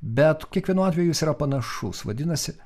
bet kiekvienu atveju jis yra panašus vadinasi